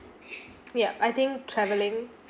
yup I think traveling